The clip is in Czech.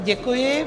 Děkuji.